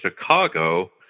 Chicago